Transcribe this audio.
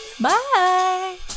bye